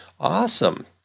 Awesome